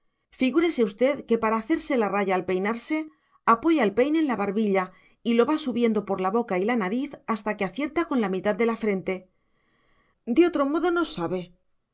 figúrese usted que para hacerse la raya al peinarse apoya el peine en la barbilla y lo va subiendo por la boca y la nariz hasta que acierta con la mitad de la frente de otro modo no sabe